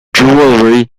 jewelery